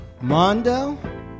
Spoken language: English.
Mondo